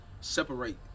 separate